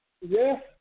Yes